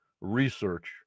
research